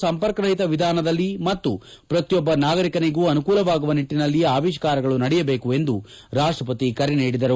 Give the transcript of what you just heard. ಸಂಪರ್ಕರಹಿತ ವಿಧಾನದಲ್ಲಿ ಮತ್ತು ಪ್ರಕಿಯೊಬ್ಬ ನಾಗರಿಕನಿಗೂ ಆನುಕೂಲವಾಗುವ ನಿಟ್ಟನಲ್ಲಿ ಅವಿಷ್ಕಾರಗಳು ನಡೆಯಬೇಕು ಎಂದು ರಾಷ್ಟಪತಿ ಕರೆ ನೀಡಿದರು